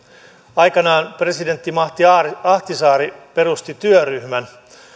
aikanaan presidentti martti ahtisaari perusti työryhmän